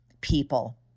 people